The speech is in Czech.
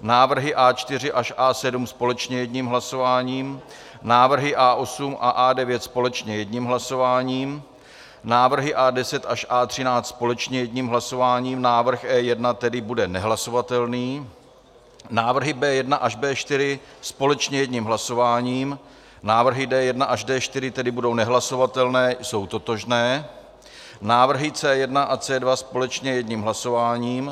návrhy A4 až A7 společně jedním hlasováním, návrhy A8 a A9 společně jedním hlasováním, návrhy A10 až A13 společně jedním hlasováním, návrh E1 bude tedy nehlasovatelný, návrhy B1 až B4 společně jedním hlasováním, návrhy D1 až D4 tedy budou nehlasovatelné jsou totožné, návrhy C1 a C2 společně jedním hlasováním.